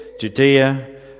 Judea